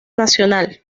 nacional